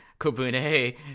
Kobune